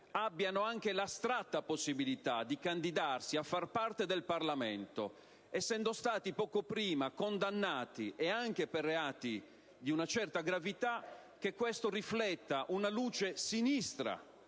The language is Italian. abbiano anche l'astratta possibilità di candidarsi a far parte del Parlamento essendo stati poco prima condannati ed anche per reati di una certa gravità che questo rifletta una luce sinistra